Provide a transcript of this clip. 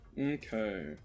Okay